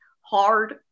hard